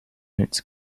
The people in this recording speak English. minutes